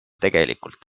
tegelikult